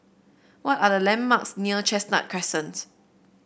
what are the landmarks near Chestnut Crescent